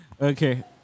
okay